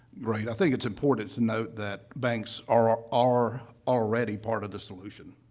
right. i think it's important to note that banks are are already part of the solution,